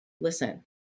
listen